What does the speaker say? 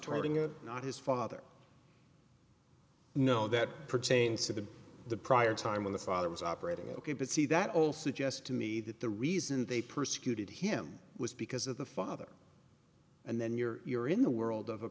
turning or not his father know that pertains to the prior time when the father was operating ok but see that all suggest to me that the reason they persecuted him was because of the father and then you're you're in the world of